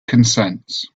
consents